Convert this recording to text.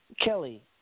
Kelly